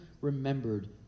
remembered